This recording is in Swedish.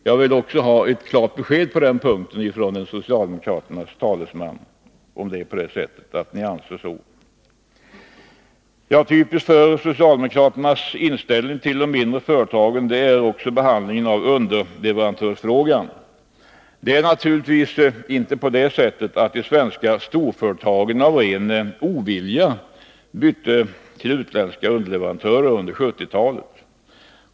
Jag vill också ha ett klart besked på den punkten från en socialdemokraternas talesman. Typiskt för socialdemokraternas inställning till de mindre företagen är 147 också behandlingen av underleverantörsfrågan. Det är naturligtvis inte på det sättet att de svenska storföretagen av ren ovilja bytte till utländska underleverantörer under 1970-talet.